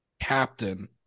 captain